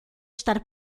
estar